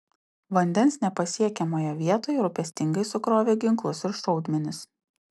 vandens nepasiekiamoje vietoj rūpestingai sukrovė ginklus ir šaudmenis